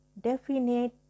definite